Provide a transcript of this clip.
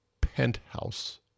penthouse